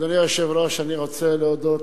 אדוני היושב-ראש, אני רוצה להודות